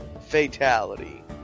fatality